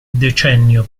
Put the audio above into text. decennio